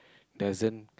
doesn't